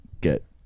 get